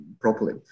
properly